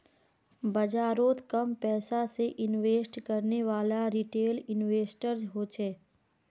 बाजारोत कम पैसा से इन्वेस्ट करनेवाला रिटेल इन्वेस्टर होछे